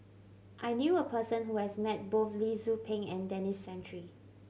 I knew a person who has met both Lee Tzu Pheng and Denis Santry